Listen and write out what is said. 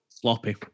sloppy